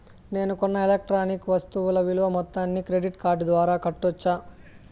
నేను కొన్న ఎలక్ట్రానిక్ వస్తువుల విలువ మొత్తాన్ని క్రెడిట్ కార్డు ద్వారా కట్టొచ్చా?